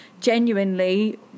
genuinely